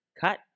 cut